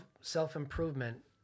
self-improvement